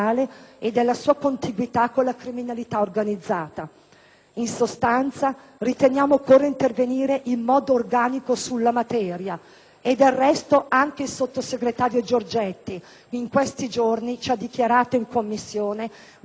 In sostanza, riteniamo occorra intervenire in modo organico sulla materia e, del resto, anche il sottosegretario Giorgetti in questi giorni ha annunciato in Commissione la presentazione di un disegno di legge organico sulla materia.